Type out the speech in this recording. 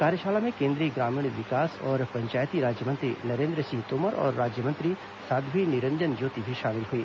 कार्यशाला में केंद्रीय ग्रामीण विकास और पंचायती राज्यमंत्री नरेन्द्र सिंह तोमर और राज्यमंत्री साध्वी निरंजन ज्योति भी शामिल हुई